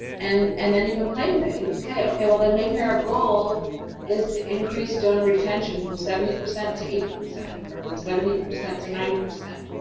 and and then, you can play with it. you can say, okay, well then, maybe our goal is to increase donor retention from seventy percent to eighty percent. or from seventy percent to ninety percent.